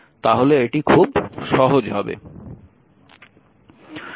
তাহলে এটি খুব সহজ হবে